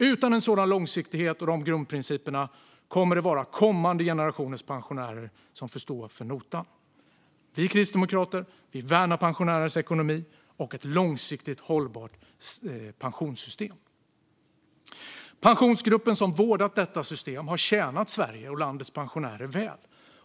Utan en sådan långsiktighet och de grundprinciperna kommer det att vara kommande generationers pensionärer som får stå för notan. Vi kristdemokrater värnar pensionärernas ekonomi och ett långsiktigt och hållbart pensionssystem. Pensionsgruppen som har vårdat detta system har tjänat Sverige och landets pensionärer väl.